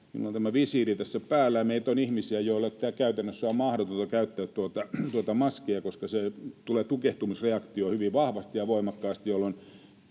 Minulla on tämä visiiri tässä päällä, ja meitä on ihmisiä, joiden käytännössä on mahdotonta käyttää maskia, koska tulee tukehtumisreaktio hyvin vahvasti ja voimakkaasti. Myönnän